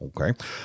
Okay